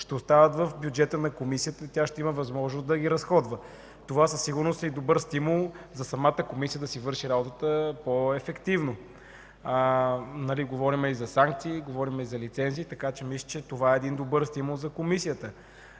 ще остават в бюджета на Комисията и тя ще има възможност да ги разходва. Това със сигурност е добър стимул за самата Комисия, за да си върши работата по-ефективно. Говорим и за санкции, говорим и за лицензи, така че мисля, че това е един добър стимул за Комисията.